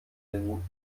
den